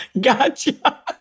Gotcha